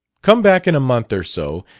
come back in a month or so,